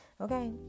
Okay